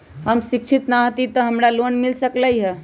हम शिक्षित न हाति तयो हमरा लोन मिल सकलई ह?